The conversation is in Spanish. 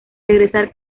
regresar